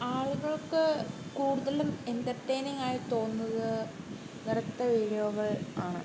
ആളുകൾക്ക് കൂടുതലും എൻ്റർടെയ്നിംഗായി തോന്നുന്നത് നെരത്തെ വീഡിയോകൾ ആണ്